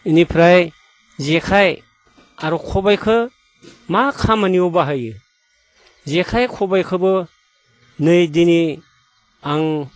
इनिफ्राय जेखाइ आर' खबाइखो मा खामानियाव बाहायो जेखाइ खबाइखोबो नै दिनै आं